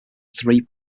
three